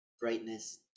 Brightness